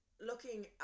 looking